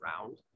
round